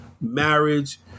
marriage